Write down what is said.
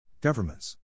Governments